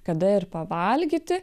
kada ir pavalgyti